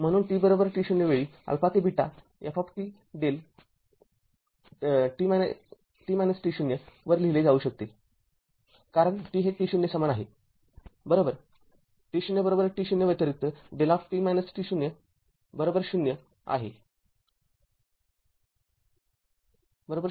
म्हणून t t0 वेळी ते fδ dt लिहिले जाऊ शकते कारण t हे t0 समान आहे बरोबर